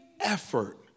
effort